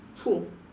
who